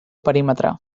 perímetre